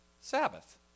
Sabbath